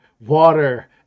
water